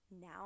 now